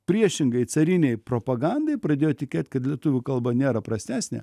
priešingai carinei propagandai pradėjo tikėt kad lietuvių kalba nėra prastesnė